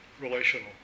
relational